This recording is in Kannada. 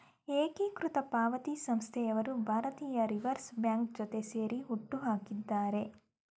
ಏಕೀಕೃತ ಪಾವತಿ ಸಂಸ್ಥೆಯವರು ಭಾರತೀಯ ರಿವರ್ಸ್ ಬ್ಯಾಂಕ್ ಜೊತೆ ಸೇರಿ ಹುಟ್ಟುಹಾಕಿದ್ದಾರೆ